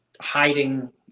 hiding